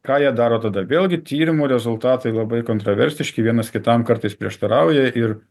ką jie daro tada vėlgi tyrimų rezultatai labai kontraversiški vienas kitam kartais prieštarauja ir